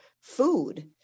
food